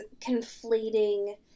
conflating